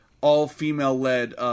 all-female-led